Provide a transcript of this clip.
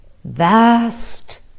vast